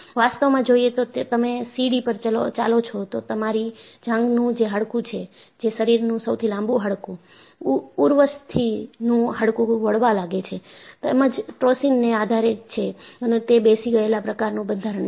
વાસ્તવમાં જોયે તો તમે સીડી પર ચાલો છો તો તમારી જાંઘનું જે હાડકું છે જે શરીરનું સૌથી લાંબુ હાડકું ઉર્વસ્થિનું હાડકું વળવા લાગે છે તેમજ ટોર્સિનને આધારે છે અને તે બેસી ગયેલા પ્રકાર નું બંધારણ છે